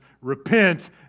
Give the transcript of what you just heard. Repent